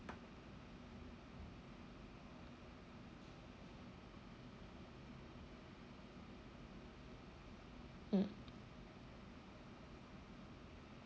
mm